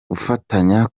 gufatanya